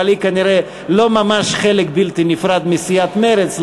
אבל היא כנראה לא ממש חלק בלתי נפרד מסיעת מרצ,